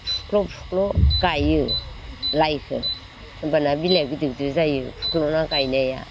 फुख्ल' फुख्ल' गायो लाइखौ होम्बाना बिलाइया गिदिर गिदिर जायो फुख्ल'ना गायनाया